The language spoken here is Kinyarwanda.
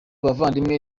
bavandimwe